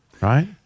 right